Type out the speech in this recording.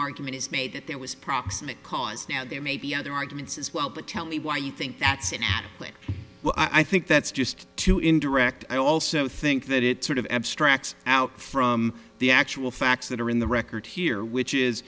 argument is made that there was proximate cause now there may be other arguments as well but tell me why you think that well i think that's just too indirect i also think that it sort of abstracts out from the actual facts that are in the record here which is